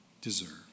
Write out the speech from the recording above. deserve